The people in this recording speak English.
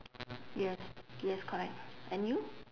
yes yes correct and you